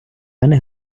мене